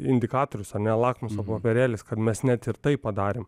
indikatorius ar ne lakmuso popierėlis kad mes net ir tai padarėm